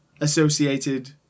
associated